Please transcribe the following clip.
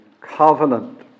covenant